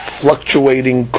fluctuating